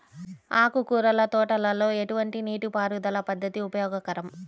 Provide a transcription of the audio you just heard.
ఆకుకూరల తోటలలో ఎటువంటి నీటిపారుదల పద్దతి ఉపయోగకరం?